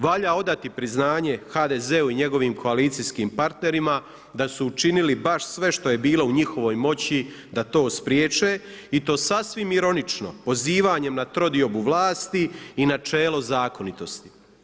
Valja odati priznanje HDZ-u i njegovim koalicijskim partnerima da su učinili baš sve što je bilo u njihovoj moći da to spriječe i to sasvim ironično, pozivanjem na trodiobu vlasti i načelo zakonitosti.